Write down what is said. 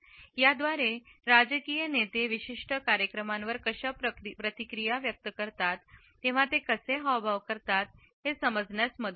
याद्वारे राजकीय नेते विशिष्ट कार्यक्रमांवर कशा प्रतिक्रिया व्यक्त करतात तेव्हा ते कसे हावभाव करतात हे समजण्यास मदत होते